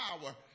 power